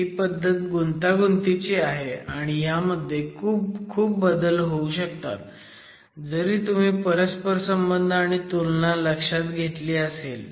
ही पद्धत गुंतागुंतीची आहे आणि ह्यामध्ये खूप बदल होऊ शकतात जरी तुम्ही परस्पर संबंध आणि तुलना लक्षात घेतली असेल